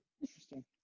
Interesting